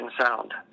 sound